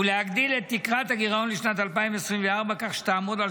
ולהגדיל את תקרת הגירעון לשנת 2024 כך שתעמוד על